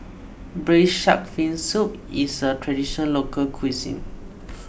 Braised Shark Fin Soup is a Traditional Local Cuisine